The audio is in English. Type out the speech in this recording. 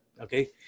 Okay